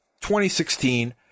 2016